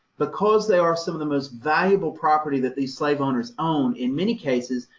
because they are some of the most valuable property that these slave owners own. in many cases,